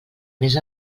més